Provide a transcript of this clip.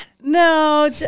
No